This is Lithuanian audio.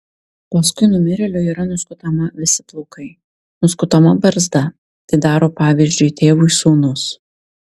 paskui numirėliui yra nuskutama visi plaukai nuskutama barzda tai daro pavyzdžiui tėvui sūnus